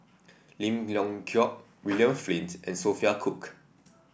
Lim Leong Geok William Flint and Sophia Cooke